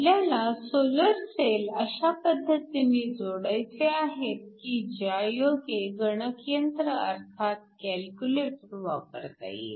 आपल्याला solar cell अशा पद्धतीने जोडायचे आहेत की ज्यायोगे गणकयंत्र अर्थात कॅल्क्युलेटर वापरता येईल